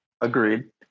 Agreed